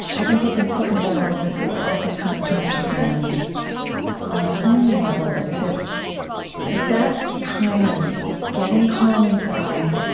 what's important about all this that we're also coming to understand on a whole new level is that that that kind of getting calm inside,